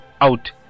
out